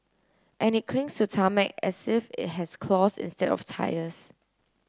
and it clings to tarmac as if it has claws instead of tyres